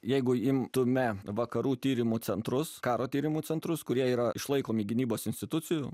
jeigu imtumėme vakarų tyrimo centrus karo tyrimų centrus kurie yra išlaikomi gynybos institucijų